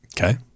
Okay